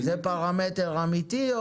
זה פרמטר אמיתי?